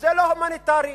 זה לא עניין הומניטרי.